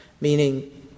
meaning —